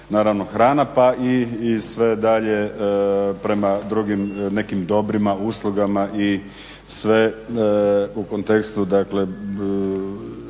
naravno hrana pa i sve dalje prema drugih nekim dobrima, uslugama i sve u kontekstu